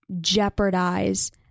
jeopardize